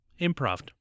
Improv